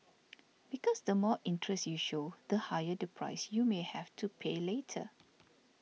because the more interest you show the higher the price you may have to pay later